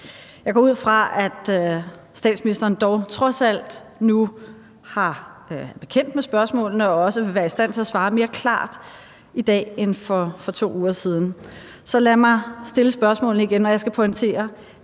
Jeg går ud fra, at statsministeren dog trods alt nu er bekendt med spørgsmålene og også vil være i stand til at svare mere klart i dag end for 2 uger siden, så lad mig stille spørgsmålene igen, og jeg skal pointere,